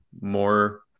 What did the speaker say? more